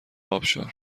آبشار